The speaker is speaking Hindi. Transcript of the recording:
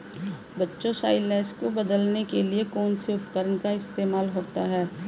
बच्चों साइलेज को बदलने के लिए कौन से उपकरण का इस्तेमाल होता है?